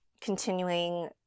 continuing